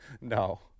No